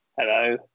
Hello